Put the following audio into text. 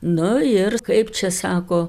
nu ir kaip čia sako